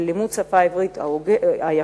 בלימוד השפה העברית היפה,